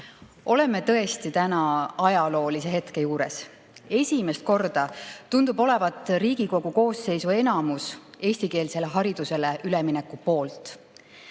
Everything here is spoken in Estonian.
Oleme tõesti täna ajaloolise hetke juures. Esimest korda tundub olevat Riigikogu koosseisu enamus eestikeelsele haridusele ülemineku poolt.